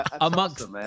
Amongst